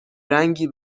رنگی